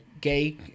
gay